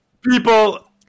People